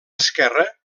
esquerre